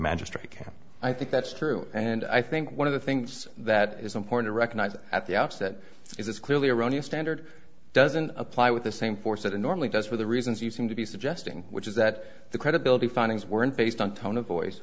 magistrate can i think that's true and i think one of the things that is important to recognize at the outset is this clearly erroneous standard doesn't apply with the same force that it normally does for the reasons you seem to be suggesting which is that the credibility findings weren't based on tone of voice